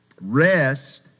rest